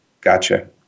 Gotcha